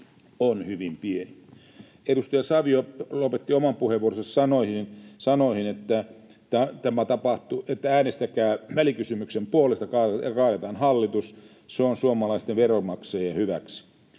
Edustaja Savio lopetti oman puheenvuoronsa sanoihin ”äänestäkää välikysymyksen puolesta ja kaadetaan hallitus, se on suomalaisten veronmaksajien hyväksi”.